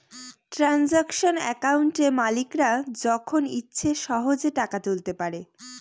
transaction একাউন্টে মালিকরা যখন ইচ্ছে সহেজে টাকা তুলতে পারে